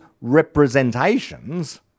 representations